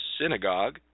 Synagogue